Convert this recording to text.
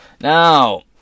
Now